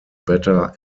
better